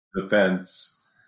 defense